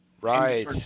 Right